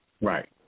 Right